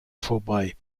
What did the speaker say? vorbei